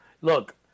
look